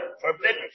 Forbidden